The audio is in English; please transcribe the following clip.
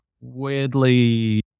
weirdly